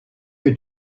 que